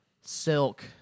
Silk